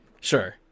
Sure